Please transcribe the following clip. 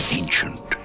ancient